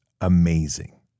amazing